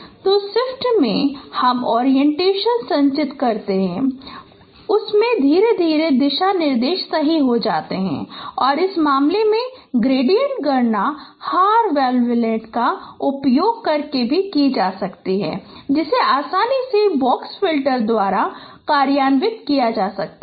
तो सिफ्ट में हम ओरिएंटेशन संचित करते हैं उसमें धीरे धीरे दिशा निर्देश सही हो जाते हैं और इस मामले में ग्रेडिएंट गणना हार वेवलेट का उपयोग करके भी किया जाता है जिसे आसानी से बॉक्स फिल्टर द्वारा कार्यान्वित किया जा सकता है